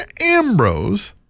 Ambrose